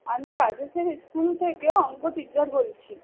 আমি রাজেশের স্কুল থেকে অঙ্ক টিচার বলছি